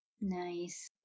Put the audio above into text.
Nice